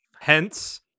Hence